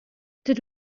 dydw